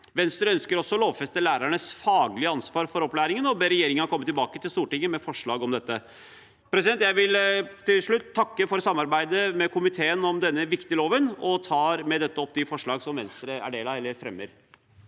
Venstre ønsker også å lovfeste lærernes faglige ansvar for opplæringen og ber regjeringen komme tilbake til Stortinget med forslag om dette. Jeg vil til slutt takke for samarbeidet med komiteen om denne viktige loven og tar med dette opp de forslagene som Venstre fremmer.